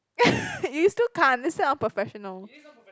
you still can't it's too unprofessional